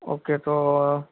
okay તો